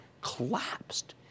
collapsed